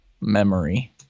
memory